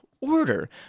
order